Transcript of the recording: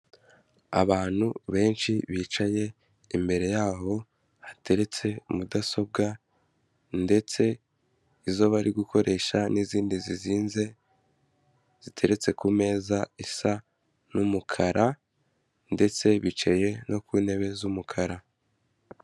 Abantu benshi bicaye imbere yaho hateretse mudasobwa ndetse izo bari gukoresha n'izindi zizinze ziteretse ku meza isa n'umukara ndetse bicaye no ku ntebe z'umukara.